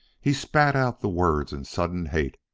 he spat out the words in sudden hate.